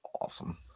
Awesome